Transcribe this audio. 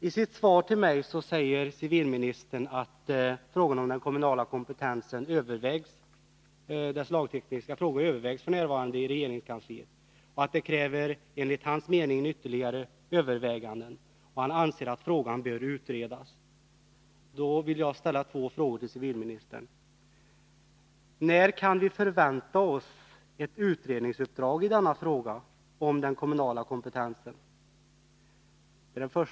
I sitt svar säger civilministern: ”Frågor om den kommunala kompetensen och därmed sammanhängande lagtekniska frågor övervägs f. n. i regerings kansliet.” Enligt civilministerns mening krävs ytterligare överväganden, och han anser att frågan bör ytterligare utredas. Jag vill då ställa två frågor till civilministern: 1. När kan vi förvänta oss ett utredningsuppdrag om den kommunala kompetensen?